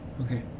Okay